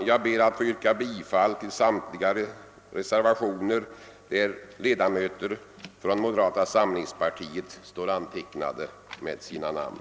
Jag ber att få yrka bifall till samtliga de reservationer där ledamöter från moderata samlingspartiet står antecknade med sina namn.